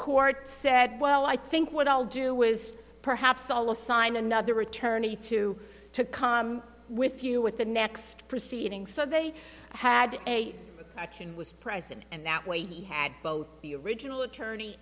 court said well i think what i'll do was perhaps all assign another attorney to to come with you with the next proceeding so they had a can was present and that way you had both the original attorney